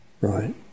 Right